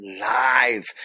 live